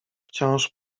wciąż